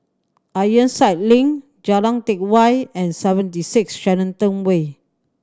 Ironside Link Jalan Teck Whye and Seventy Six Shenton Way